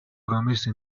ارامش